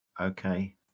Okay